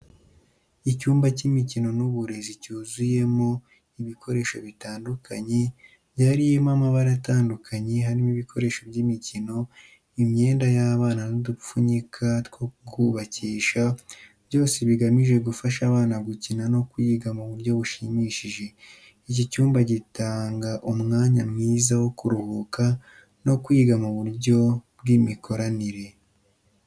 Icyumba cy’imikino n’uburezi cyuzuyemo ibikoresho bitandukanye byariyemo amabara atandukanye. Harimo ibikoresho by’imikino, imyenda y'abana, n'udupfunyika two kubakisha, byose bigamije gufasha abana gukina no kwiga mu buryo bushimishije. Icyi cyumba gitanga umwanya mwiza wo kuruhuka no kwiga mu buryo bw'imikoranire.